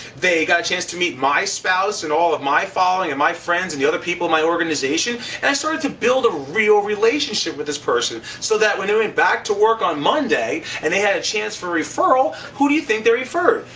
they got a chance to meet my spouse and all of my family and my friends and the other people in my organization. and i started to build a real relationship with this person so that when they went back to work on monday, and they had a chance for referral, who do you think they referred?